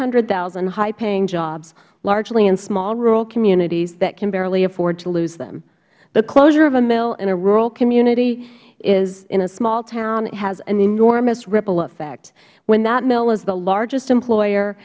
hundred thousand highpaying jobs largely in small rural communities that can barely afford to lose them the closure of a mill in a rural community in a small town has an enormous ripple effect when that mill is the largest employer